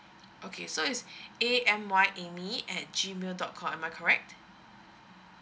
okay so it's A_M_Y amy at G mail dot com am I correct